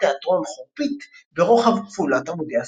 תיאטרון חורפית ברוחב כפולת עמודי הספר.